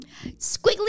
Squiggly